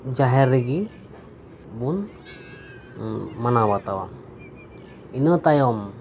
ᱡᱟᱦᱮᱨ ᱨᱮᱜᱮ ᱵᱚᱱ ᱢᱟᱱᱟᱣ ᱵᱟᱛᱟᱣᱟ ᱤᱱᱟᱹ ᱛᱟᱭᱚᱢ